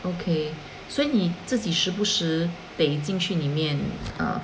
okay 所以你自己是不是得进去里面 err